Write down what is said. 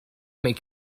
make